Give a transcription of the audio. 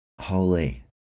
Holy